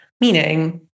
meaning